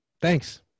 thanks